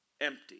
empty